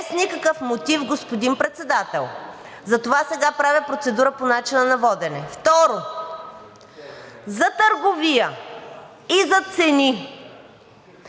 никакъв мотив, господин Председател. Затова сега правя процедура по начина на водене. Второ, за търговия и за цени